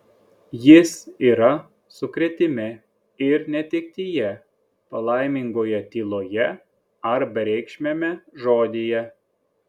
jis yra sukrėtime ir netektyje palaimingoje tyloje ar bereikšmiame žodyje